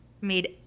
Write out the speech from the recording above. made